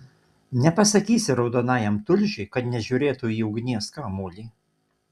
nepasakysi raudonajam tulžiui kad nežiūrėtų į ugnies kamuolį